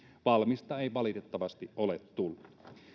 valmista ei valitettavasti ole tullut